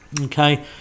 Okay